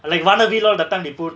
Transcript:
like wannabe loh that time they put